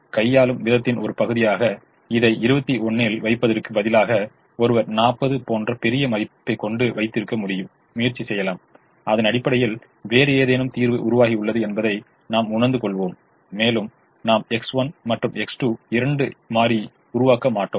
கையாளும் விதத்தின் ஒரு பகுதியாக இதை 21 இல் வைப்பதற்கு பதிலாக ஒருவர் 40 போன்ற பெரிய மதிப்பை கொண்டு வைத்திருக்க முயற்சி செய்யலாம் அதனடிப்படையில் வேறு ஏதேனும் தீர்வு உருவாகியுள்ளது என்பதை நாம் உணர்ந்து கொள்வோம் மேலும் நாம் X1 மற்றும் X2 இரண்டை மாறியும் உருவாக்க மாட்டோம்